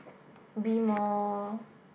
be more